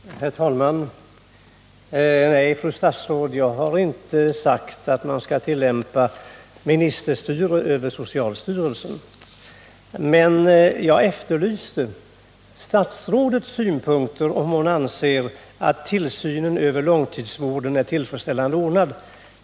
Herr talman! Nej, fru statsråd, jag har inte sagt att man skall tillämpa ministerstyre över socialstyrelsen. Jag efterlyste statsrådets synpunkter och undrade om hon anser att tillsynen över långtidsvården är tillfredsställande ordnad.